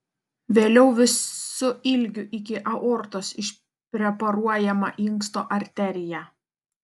vėliau visu ilgiu iki aortos išpreparuojama inksto arterija